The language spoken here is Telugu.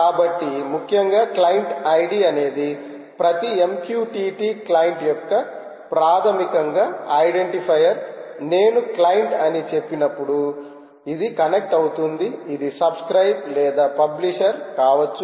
కాబట్టి ముఖ్యంగా క్లయింట్ ఐడి అనేది ప్రతి MQTT క్లయింట్ యొక్క ప్రాథమికంగా ఐడెంటిఫైయర్ నేను క్లయింట్ అని చెప్పినప్పుడు ఇది కనెక్ట్ అవుతుంది ఇది సబ్స్క్రయిబ్ లేదా పబ్లిషర్కావచ్చు